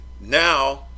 now